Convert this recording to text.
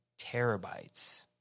terabytes